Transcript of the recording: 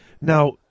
Now